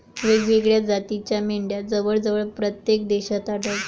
वेगवेगळ्या जातीच्या मेंढ्या जवळजवळ प्रत्येक देशात आढळतात